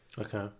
Okay